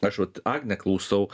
aš vat agnę klausau